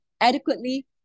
adequately